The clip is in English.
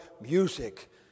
music